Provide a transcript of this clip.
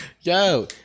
Yo